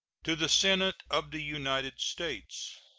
to the senate of the united states